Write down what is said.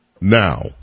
now